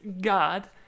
god